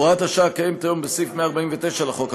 הוראת השעה הקיימת היום בסעיף 149 לחוק,